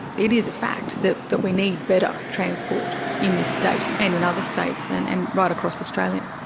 it is a fact that that we need better transport in this state, and in other states, and and right across australia.